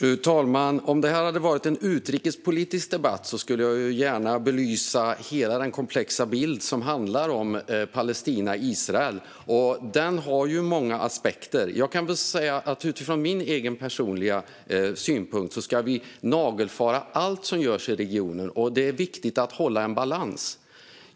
Fru talman! Om det här hade varit en utrikespolitisk debatt skulle jag gärna ha belyst hela den komplexa bild som handlar om Palestina-Israel. Den har ju många aspekter. Utifrån min egen personliga synpunkt ska vi nagelfara allt som görs i regionen. Det är viktigt att hålla en balans.